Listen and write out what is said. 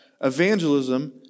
evangelism